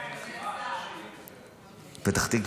קצת מפריע.